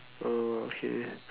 uh okay